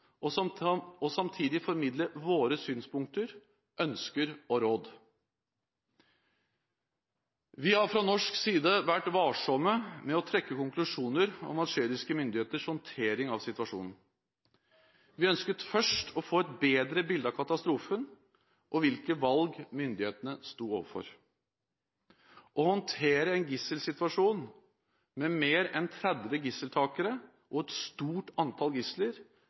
og samtidig formidle våre synspunkter, ønsker og råd. Vi har fra norsk side vært varsomme med å trekke konklusjoner om algeriske myndigheters håndtering av situasjonen. Vi ønsket først å få et bedre bilde av katastrofen og hvilke valg myndighetene sto overfor. Å håndtere en gisselsituasjon med mer enn 30 gisseltakere og et stort antall gisler